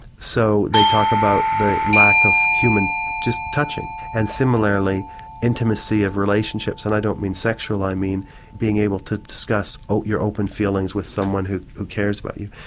so they talk about the lack of human just touching. and similarly intimacy of relationships and i don't mean sexual, i mean being able to discuss ah your open feelings with someone who who cares about you.